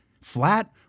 flat